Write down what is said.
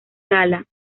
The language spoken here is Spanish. gala